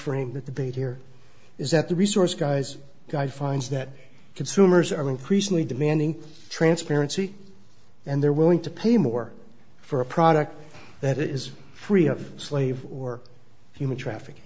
frame the debate here is that the resource guys guy finds that consumers are increasingly demanding transparency and they're willing to pay more for a product that is free of slavery or human traffic